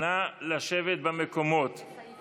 קבוצת סיעת